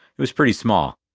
it was pretty small.